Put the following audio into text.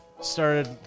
started